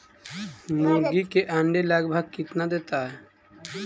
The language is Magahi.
मुर्गी के अंडे लगभग कितना देता है?